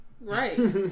Right